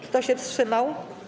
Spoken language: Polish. Kto się wstrzymał?